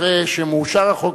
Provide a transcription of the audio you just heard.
אחרי שאושר החוק,